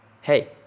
hey